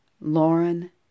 Lauren